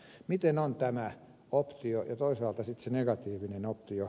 mutta miten on tämä optio ja toisaalta sitten se negatiivinen optio